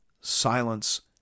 silence